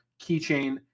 keychain